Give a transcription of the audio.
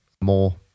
more